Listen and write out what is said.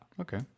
Okay